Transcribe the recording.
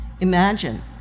Imagine